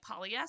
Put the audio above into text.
polyester